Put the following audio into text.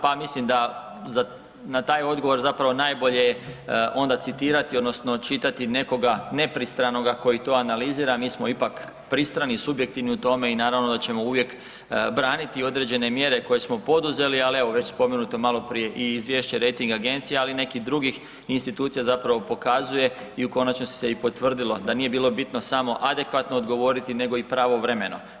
Pa mislim da na taj odgovor zapravo najbolje onda citirati odnosno čitati nekoga nepristranoga koji to analizira, mi smo ipak pristrani i subjektivni u tome i naravno da ćemo uvijek braniti određene mjere koje smo poduzeli ali evo, već spomenuto maloprije i izvješće, rejting agencija ali i nekih drugih institucija zapravo pokazuje i u konačnici se i potvrdilo da nije bilo bitno samo adekvatno odgovoriti nego i pravovremeno.